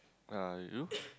uh you